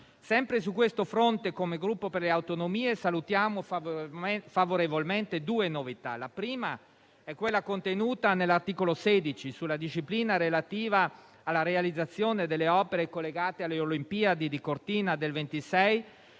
Sempre su questo fronte, come Gruppo per le Autonomie salutiamo favorevolmente due novità. La prima è quella contenuta nell'articolo 16, sulla disciplina relativa alla realizzazione delle opere collegate alle Olimpiadi di Cortina del 2026,